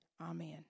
amen